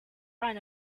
run